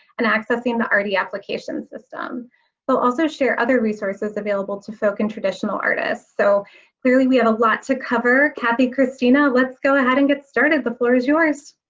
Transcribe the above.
and accessing the artie application system. they will also share other resources available to folk and traditional artists. so clearly we have a lot to cover. kathy, cristina, let's go ahead and get started. the floor is yours.